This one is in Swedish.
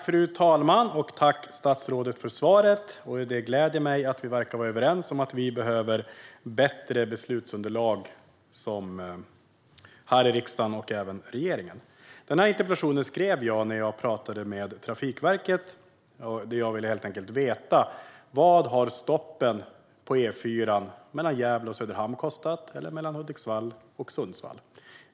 Fru talman! Tack, statsrådet, för svaret! Det gläder mig att vi verkar vara överens om att vi behöver bättre beslutsunderlag här i riksdagen och även i regeringen. Den här interpellationen skrev jag när jag pratat med Trafikverket. Jag ville helt enkelt veta vad stoppen på E4 mellan Gävle och Söderhamn och mellan Hudiksvall och Sundsvall kostat.